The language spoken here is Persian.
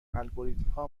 الگوریتمها